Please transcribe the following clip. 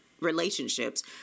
relationships